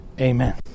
Amen